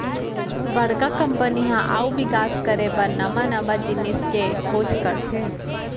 बड़का कंपनी ह अउ बिकास करे बर नवा नवा जिनिस के खोज करथे